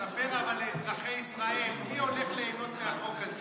ספר לאזרחי ישראל מי הולך ליהנות מהחוק הזה.